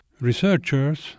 researchers